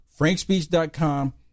Frankspeech.com